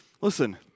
Listen